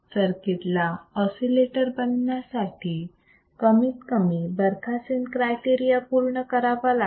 circuit ला oscillator बनण्यासाठी कमीत कमी बरखासेन क्रायटेरिया पूर्ण करावा लागतो